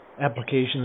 applications